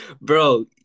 Bro